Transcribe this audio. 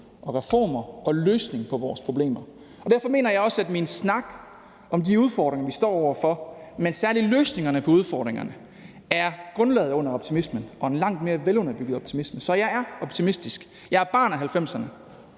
og reformer og en løsning på vores problemer. Derfor mener jeg også, at min snak om de udfordringer, vi står over for, men særlig løsningerne på udfordringerne, er grundlaget under optimismen, som er en langt mere underbygget optimisme. Så jeg er optimistisk. Jeg er et barn af 1990'erne.